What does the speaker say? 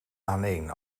aaneen